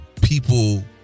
people